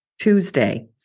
Tuesday